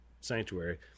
sanctuary